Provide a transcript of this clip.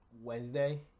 Wednesday